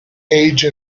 age